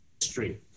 history